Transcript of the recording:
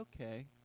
Okay